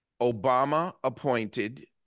Obama-appointed